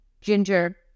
ginger